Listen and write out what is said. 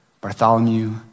Bartholomew